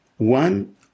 One